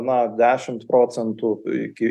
na dešimt procentų iki